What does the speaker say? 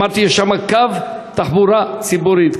אמרתי שיש שם קו תחבורה ציבורית,